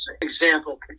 Example